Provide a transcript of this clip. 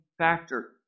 Factor